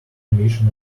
emission